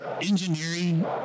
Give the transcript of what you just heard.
engineering